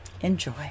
enjoy